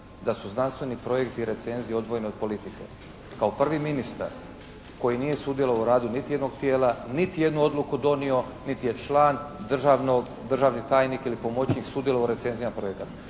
da su znanstveni projekti i recenzije odvojeni od politike. Kao prvi ministar koji nije sudjelovao u radu niti jednog tijela, niti jednu odluku donio, niti je član državnog, državni tajnik ili pomoćnik sudjelovao u recenzijama projekata.